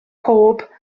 pob